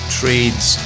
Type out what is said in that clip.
trades